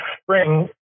spring